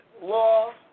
law